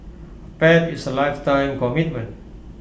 A pet is A lifetime commitment